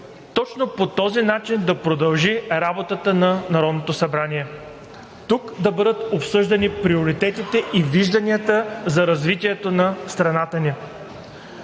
точно по този начин да продължи работата на Народното събрание – тук да бъдат обсъждани приоритетите и вижданията за развитието на страната ни.